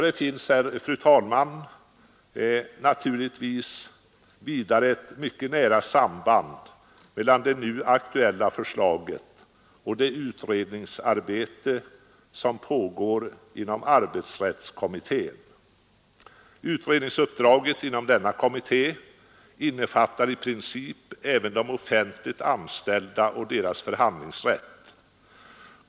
Det finns vidare, fru talman, ett mycket nära samband mellan det nu aktuella förslaget och det utredningsarbete som bedrivs av arbetsrättskommittén. Utredningsuppdraget inom denna kommitté innefattar i princip även de offentliganställda och deras förhandlingsrätt.